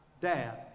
dad